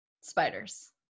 spiders